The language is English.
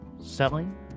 selling